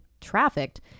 trafficked